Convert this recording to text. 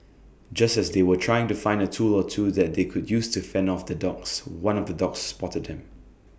just as they were trying to find A tool or two that they could use to fend off the dogs one of the dogs spotted them